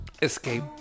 Escape